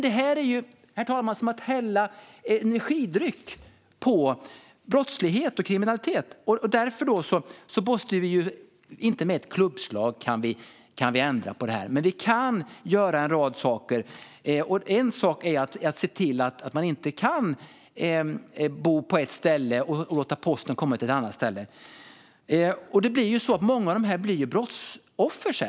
Detta är, herr talman, som att hälla energidryck på brottslighet och kriminalitet. Vi kan inte ändra på det med ett klubbslag, men vi kan göra en rad saker. En sak är att se till att man inte kan bo på ett ställe och låta posten komma till ett annat ställe. Många av dessa människor blir sedan brottsoffer.